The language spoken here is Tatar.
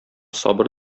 сабыр